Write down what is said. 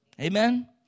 Amen